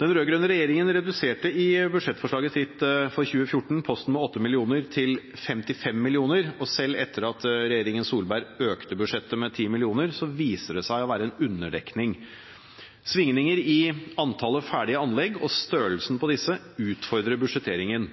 Den rød-grønne regjeringen reduserte i sitt budsjettforslag for 2014 posten med 8 mill. kr. til 55 mill. kr., og selv etter at regjeringen Solberg økte budsjettet med 10 mill. kr., viser det seg å være en underdekning. Svingninger i antallet ferdige anlegg og størrelsen på disse utfordrer budsjetteringen.